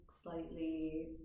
slightly